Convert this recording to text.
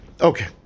Okay